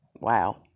wow